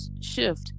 shift